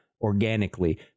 organically